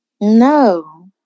No